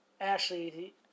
Ashley